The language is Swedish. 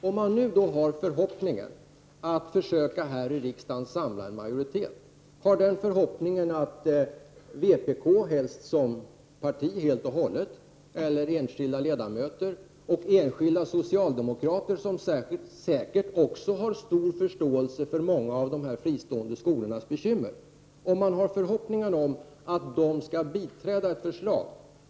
Man kan ju ha förhoppningen att här i riksdagen försöka samla en majoritet, man kan hoppas att vpk — helst hela partiet eller också enskilda ledamöter i partiet — och enskilda socialdemokrater, som säkert också har stor förståelse för många av de fristående skolornas bekymmer, skall biträda ett förslag.